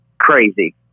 crazy